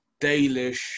Dalish